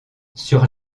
sur